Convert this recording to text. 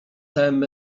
tem